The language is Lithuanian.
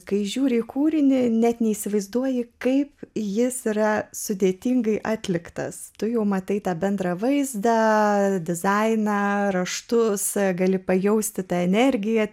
kai žiūri į kūrinį net neįsivaizduoji kaip jis yra sudėtingai atliktas tu jau matai tą bendrą vaizdą dizainą raštus gali pajausti tą energiją